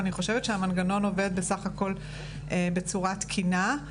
אני חושבת שהמנגנון עובד בסך הכול בצורה תקינה.